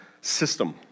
system